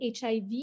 HIV